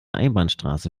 einbahnstraße